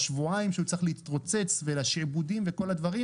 השבועיים שהוא צריך להתרוצץ ולשיעבודים וכל הדברים,